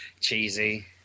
Cheesy